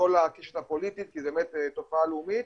מכל הקשת הפוליטית, כי זו באמת תופעה לאומית,